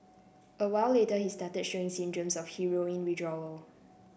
a while later he started showing symptoms of heroin withdrawal